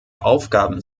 aufgaben